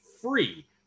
free